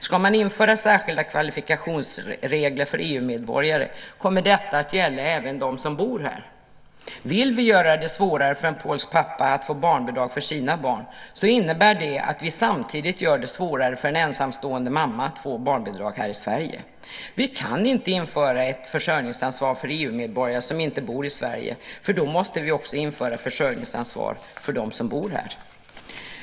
Ska man införa särskilda kvalifikationsregler för EU-medborgare kommer dessa att gälla även för dem som bor här. Vill vi göra det svårare för en polsk pappa att få barnbidrag för sina barn innebär det att vi samtidigt gör det svårare för en ensamstående mamma att få barnbidrag här i Sverige. Vi kan inte införa ett försörjningsansvar för EU-medborgare som inte bor i Sverige, för då måste vi också införa försörjningsansvar för dem som bor här.